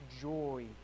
joy